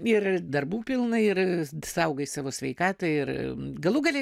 ir darbų pilna ir saugai savo sveikatą ir galų gale